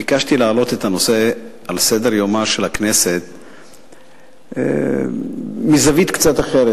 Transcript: ביקשתי להעלותו על סדר-יומה של הכנסת מזווית קצת אחרת,